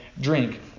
drink